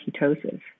ketosis